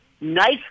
nice